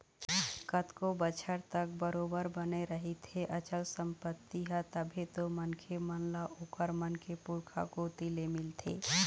कतको बछर तक बरोबर बने रहिथे अचल संपत्ति ह तभे तो मनखे मन ल ओखर मन के पुरखा कोती ले मिलथे